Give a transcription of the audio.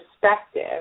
perspective